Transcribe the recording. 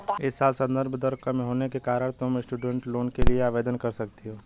इस साल संदर्भ दर कम होने के कारण तुम स्टूडेंट लोन के लिए आवेदन कर सकती हो